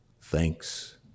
thanks